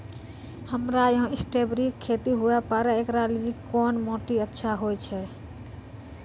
हमरा यहाँ स्ट्राबेरी के खेती हुए पारे, इकरा लेली कोन माटी अच्छा होय छै?